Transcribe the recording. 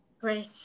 Great